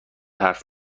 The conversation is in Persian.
حرف